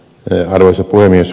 arvoisa puhemies